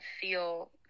feel